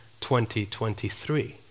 2023